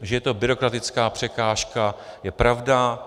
Že je to byrokratická překážka, je pravda.